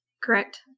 Correct